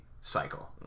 cycle